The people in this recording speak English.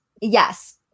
Yes